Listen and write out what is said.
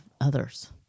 others